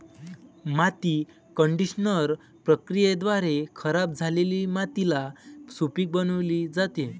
माती कंडिशनर प्रक्रियेद्वारे खराब झालेली मातीला सुपीक बनविली जाते